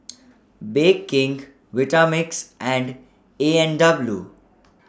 Bake King Vitamix and A and W